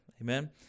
Amen